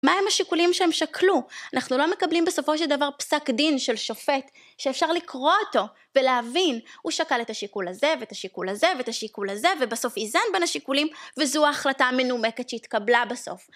מהם השיקולים שהם שקלו? אנחנו לא מקבלים בסופו של דבר פסק דין של שופט שאפשר לקרוא אותו ולהבין, הוא שקל את השיקול הזה ואת השיקול הזה ואת השיקול הזה ובסוף איזן בין השיקולים וזו ההחלטה המנומקת שהתקבלה בסוף.